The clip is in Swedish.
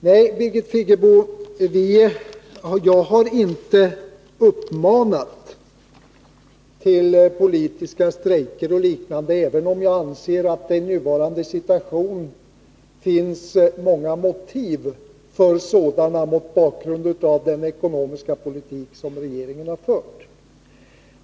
Nej, Birgit Friggebo, jag har inte uppmanat till politiska strejker och liknande, även om jag anser att det finns många motiv för sådana mot bakgrund av den ekonomiska politik som regeringen har fört.